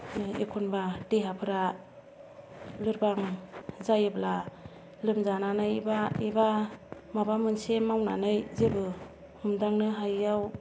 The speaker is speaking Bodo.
माने एखनबा देहाफोरा लोरबां जायोब्ला लोमजानानै बा एबा माबा मोनसे मावनानै जेबो हमदांनो हायैआव